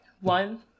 one